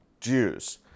Jews